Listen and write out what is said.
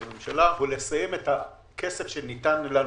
עם הממשלה היא לסיים את הכסף שניתן לנו,